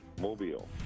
Mobile